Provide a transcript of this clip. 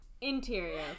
Interior